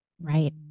right